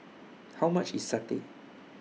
How much IS Satay